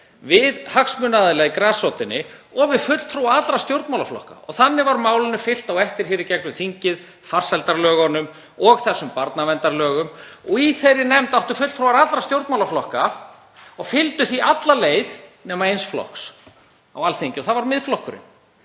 við hagsmunaaðila í grasrótinni og við fulltrúa allra stjórnmálaflokka og þannig var málinu fylgt eftir í gegnum þingið, farsældarlögunum og þessum barnaverndarlögum. Í þeirri nefnd áttu fulltrúar allra stjórnmálaflokka, og fylgdu því alla leið, nema eins flokks á Alþingi og það var Miðflokkurinn.